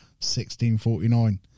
1649